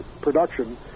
production